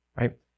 right